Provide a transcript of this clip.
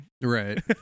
Right